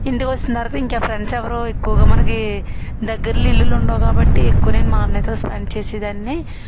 ఇంటికి వచ్చేసిన తర్వాత ఇంకా ఫ్రెండ్స్ ఎవరు ఎక్కువగా మనకి దగ్గర్లో ఇల్లులు ఉండవు కాబట్టి ఎక్కువ నేను మా అన్నయ్యతో స్పెండ్ చేసేదాన్ని